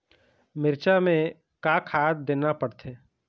मिरचा मे का खाद देना पड़थे?